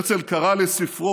הרצל קרא לספרו